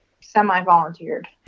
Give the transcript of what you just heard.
semi-volunteered